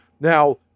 now